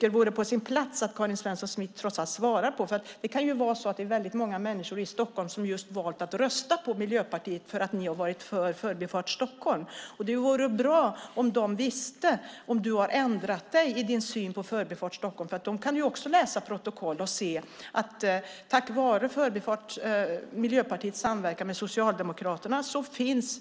Det vore på sin plats att Karin Svensson Smith trots allt svarade på detta, för det kan ju vara så att det är väldigt många människor i Stockholm som har valt att rösta på Miljöpartiet just för att ni har varit för Förbifart Stockholm. Det vore bra om de visste om du har ändrat dig i din syn på Förbifart Stockholm. De kan ju också läsa protokoll och se att Förbifart Stockholm tack vare Miljöpartiets samverkan med Socialdemokraterna finns